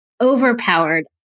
overpowered